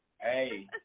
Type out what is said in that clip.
Hey